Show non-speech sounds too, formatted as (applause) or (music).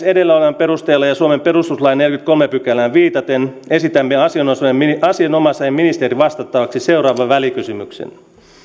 (unintelligible) edellä olevan perusteella ja suomen perustuslain neljänteenkymmenenteenkolmanteen pykälään viitaten esitämme asianomaisen asianomaisen ministerin vastattavaksi seuraavan välikysymyksen